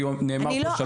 כי נאמר פה שלוש,